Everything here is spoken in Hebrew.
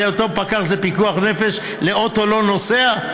שאותו פקח זה פיקוח נפש לאוטו לא נוסע?